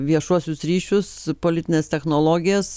viešuosius ryšius politines technologijas